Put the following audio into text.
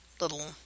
little